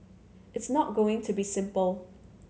it's not going to be simple